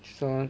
so